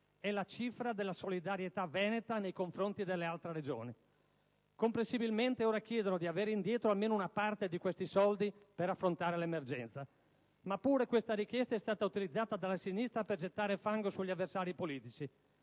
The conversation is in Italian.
è la cifra della solidarietà veneta nei confronti delle altre Regioni. Comprensibilmente ora chiedono di avere indietro almeno una parte di questi soldi per affrontare l'emergenza, ma pure questa richiesta è stata utilizzata dalla sinistra per gettare fango sugli avversari politici.